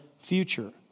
future